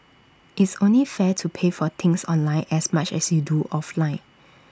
it's only fair to pay for things online as much as you do offline